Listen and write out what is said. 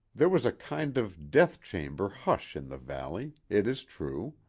there was a kind of death chamber hush in the valley, it is true,